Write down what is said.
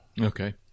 Okay